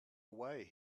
away